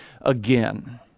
again